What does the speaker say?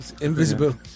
invisible